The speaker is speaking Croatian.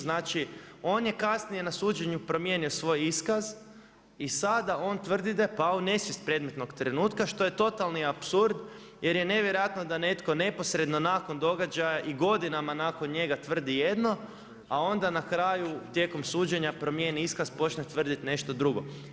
Znači, on je kasnije na suđen ju promijenio svoj iskaz i sada on tvrdi da je pao u nesvijest predmetnog trenutka što je totalni apsurd jer je nevjerojatno da netko neposredno nakon događaja i godinama nakon njega tvrdi jedno, a onda na kraju tijekom suđenja promijeni iskaz i počne tvrditi nešto drugo.